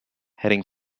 heading